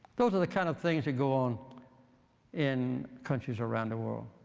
those are the kind of things that go on in countries around the world.